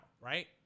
right